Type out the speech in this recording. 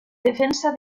defensa